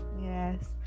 Yes